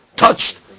Touched